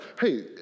Hey